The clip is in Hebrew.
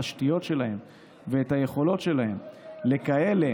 התשתיות שלהם ואת היכולות שלהם לכאלה